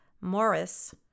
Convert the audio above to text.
Morris